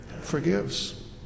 forgives